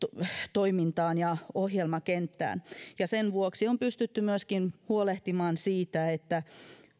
toimintaan ja ohjelmakenttään ja sen vuoksi on pystytty myöskin huolehtimaan siitä että